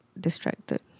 distracted